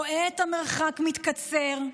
רואה את המרחק מתקצר,